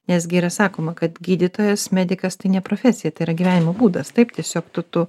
nes gi yra sakoma kad gydytojas medikas tai ne profesija tai yra gyvenimo būdas taip tiesiog tu tu